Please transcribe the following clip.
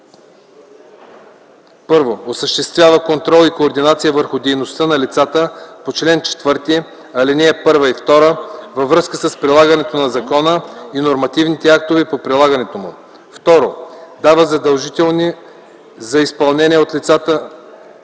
1. осъществява контрол и координация върху дейността на лицата по чл. 4, ал. 1 и 2 във връзка с прилагането на закона и нормативните актове по прилагането му; 2. дава задължителни за изпълнение от лицата